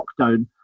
lockdown